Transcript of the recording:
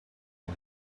one